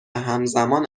همزمان